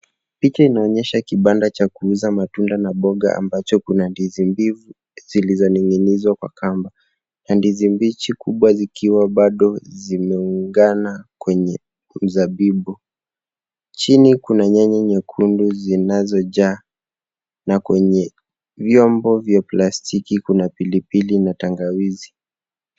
Picha inaonyesha kibanda cha kuuza matunda na mboga ambacho kuna ndizi mbivu zilizoning'inizwa kwa kamba na ndizi mbichi kubwa zikiwa bado zimeungana kwenye mzabibu. Chini kuna nyanya nyekundu zinazojaa na kwenye vyombo vya plastiki kuna pilipili na tangawizi.